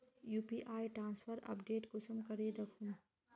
UPI transfer update कुंसम करे दखुम?